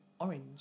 orange